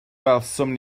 welsom